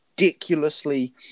ridiculously